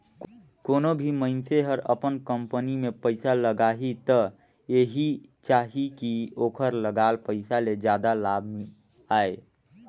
कोनों भी मइनसे हर अपन कंपनी में पइसा लगाही त एहि चाहही कि ओखर लगाल पइसा ले जादा लाभ आये